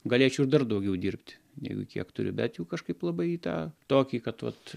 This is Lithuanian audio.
galėčiau ir dar daugiau dirbti jeigu kiek turiu bet jau kažkaip labai į tą tokį kad vat